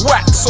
Wax